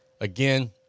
Again